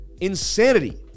Insanity